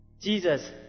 Jesus